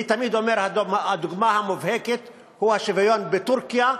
אני תמיד אומר שהדוגמה המובהקת היא השוויון בטורקיה,